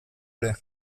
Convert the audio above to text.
ere